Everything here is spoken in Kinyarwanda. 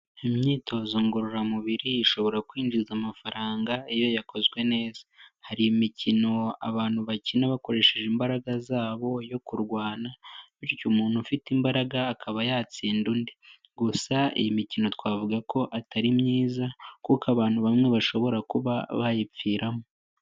Imyitozo ngororamubiri ishobora kwinjiza amafaranga, iyo yakozwe neza. Hari imikino abantu bakina bakoresheje imbaraga zabo yo kurwana bityo umuntu ufite imbaraga akaba yatsinda undi. Gusa iyi mikino twavuga ko atari myiza, kuko abantu bamwe bashobora kuba bayipfiramo.